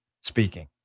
speaking